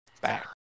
back